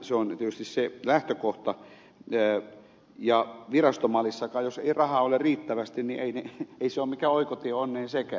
se on tietysti se lähtökohta ja virastomallissakaan jos ei rahaa ole riittävästi niin ei se ole mikään oikotie onneen sekään